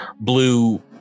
blue